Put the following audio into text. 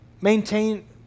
maintain